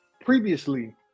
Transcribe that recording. previously